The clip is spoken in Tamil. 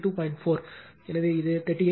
4 எனவே இது 38